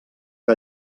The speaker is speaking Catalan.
que